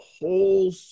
whole